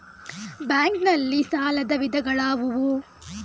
Bank ನಲ್ಲಿ ಸಾಲದ ವಿಧಗಳಾವುವು?